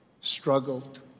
struggled